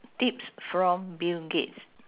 tips from bill gates